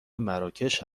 مراکش